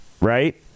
right